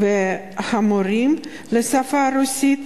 וממורים לשפה הרוסית